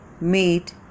made